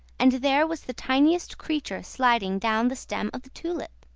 and there was the tiniest creature sliding down the stem of the tulip!